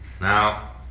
Now